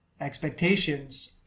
expectations